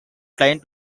client